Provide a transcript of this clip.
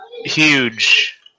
huge